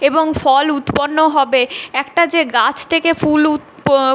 এবং ফল উৎপন্ন হবে একটা যে গাছ থেকে ফুল উৎপ